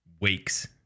weeks